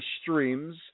streams